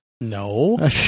No